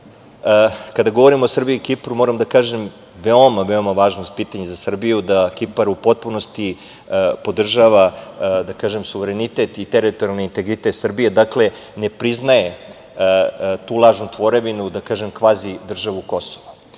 kada govorimo o Srbiji i Kipru moram da kažem veoma, veoma važno pitanje za Srbije da Kipar u potpunosti podržava suverenitet i teritorijalni integritet Srbije. Dakle, ne priznaje tu lažnu tvorevinu, da kažem kvazi državu Kosovo. Sa